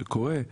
זה קורה.